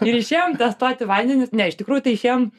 ir išėjom testuoti vandenis ne iš tikrųjų tai išėjom